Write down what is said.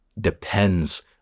depends